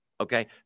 okay